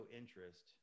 interest